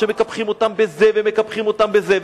שמקפחים אותם בזה ומקפחים אותם בזה.